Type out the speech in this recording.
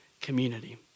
community